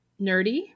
Nerdy